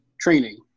training